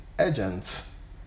agents